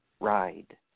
ride